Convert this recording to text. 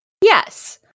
Yes